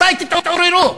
מתי תתעוררו?